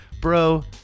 Bro